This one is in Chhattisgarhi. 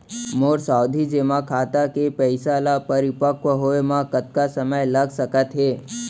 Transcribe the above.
मोर सावधि जेमा खाता के पइसा ल परिपक्व होये म कतना समय लग सकत हे?